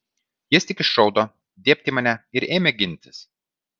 jis tik išraudo dėbt į mane ir ėmė gintis